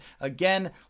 Again